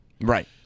right